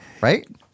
right